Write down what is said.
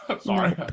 Sorry